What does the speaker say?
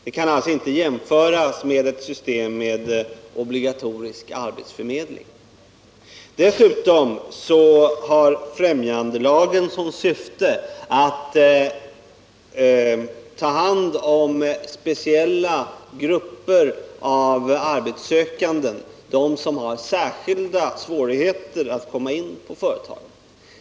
Detta kan alltså inte jämföras med ett system med obligatorisk arbetsförmedling. Dessutom har främjandelagen som syfte att ta hand om speciella grupper av arbetssökande, nämligen dem som har särskilda svårigheter att komma in på företagen.